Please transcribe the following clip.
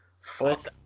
fuck